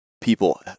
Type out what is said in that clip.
people